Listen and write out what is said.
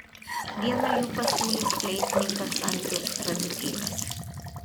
vieną jų pasiūlys fleitininkas andrius radziukynas